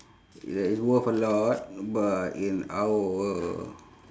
that is worth a lot but in our